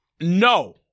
No